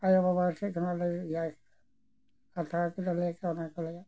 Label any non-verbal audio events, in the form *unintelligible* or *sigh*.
ᱟᱭᱳ ᱵᱟᱵᱟ ᱴᱷᱮᱱ ᱠᱷᱚᱱᱟᱜ ᱞᱮ ᱤᱭᱟᱹ *unintelligible*